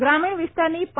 ગ્રામિણ વિસ્તારની પ